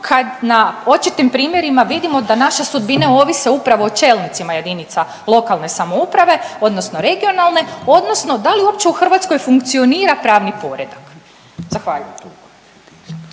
kad na očitim primjerima vidimo da naše sudbine ovise upravo o čelnicima JLS odnosno regionalne odnosno da li uopće u Hrvatskoj funkcionira pravni poredak? Zahvaljujem.